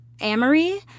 Amory